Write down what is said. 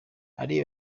hari